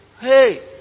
hey